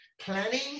planning